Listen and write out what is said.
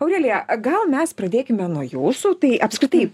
aurelija gal mes pradėkime nuo jūsų tai apskritai